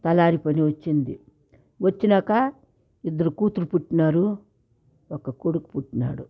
తెల్లారిపైన వచ్చింది వచ్చినాకా ఇద్దరు కూతుర్లు పుట్టినారు ఒక కొడుకు పుట్టినాడు